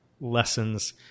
lessons